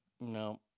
no